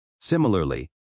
Similarly